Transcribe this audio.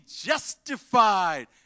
justified